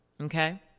Okay